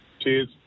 Cheers